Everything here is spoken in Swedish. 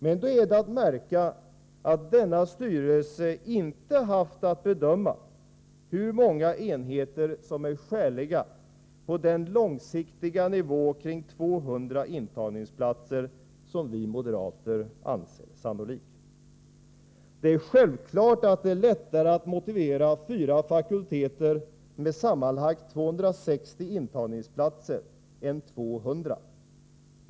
Men det är att märka att denna styrelse inte haft att bedöma hur många enheter som är skäliga på den långsiktiga nivå kring 200 intagningsplatser som vi moderater anser sannolik. Det är självklart att det är lättare att motivera fyra fakulteter med sammanlagt 260 intagningsplatser än 200.